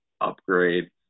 upgrade